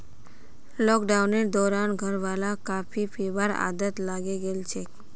लॉकडाउनेर दौरान घरवालाक कॉफी पीबार आदत लागे गेल छेक